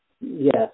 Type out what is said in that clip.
Yes